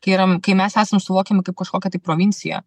tai yra kai mes esam suvokiami kaip kažkokia tai provincija